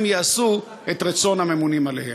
יעשו את רצון הממונים עליהם.